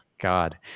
God